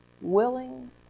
willing